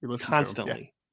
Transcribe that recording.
Constantly